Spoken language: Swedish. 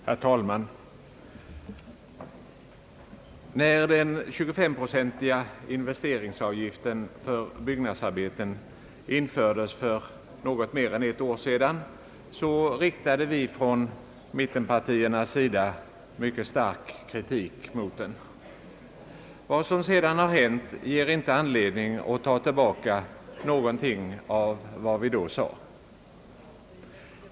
Herr talman! När den 25-procentiga investeringsavgiften för byggnadsarbeten infördes för något mer än ett år sedan riktade vi från mittenpartiernas sida mycket stark kritik mot den. Vad som sedan har hänt ger inte anledning att ta tillbaka någonting av vad vi då sade.